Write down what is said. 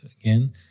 again